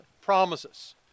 promises